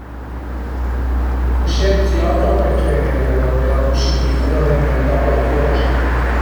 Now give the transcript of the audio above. Ën scienziato perché l'aurìa la pusibilità d'avei ënventà cuaicoza